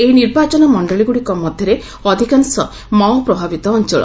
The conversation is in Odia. ଏହି ନିର୍ବାଚନ ମଣ୍ଡଳିଗୁଡିକ ମଧ୍ୟରୁ ଅଧିକାଂଶ ମାଓ ପ୍ରଭାବିତ ଅଞ୍ଚଳ